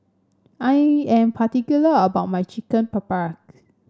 I am particular about my Chicken Paprikas